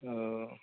औ